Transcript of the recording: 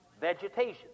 vegetation